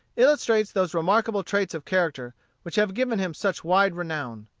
illustrates those remarkable traits of character which have given him such wide renown.